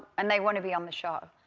and they want to be on the show.